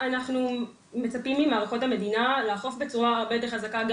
אנחנו מצפים ממערכות המדינה לאכוף בצורה הרבה יותר חזקה גם